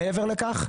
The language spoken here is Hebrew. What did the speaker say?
מעבר לכך,